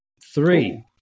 three